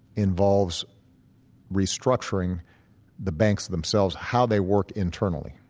involves restructuring the banks themselves how they work internally.